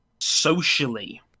socially